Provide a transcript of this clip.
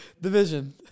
Division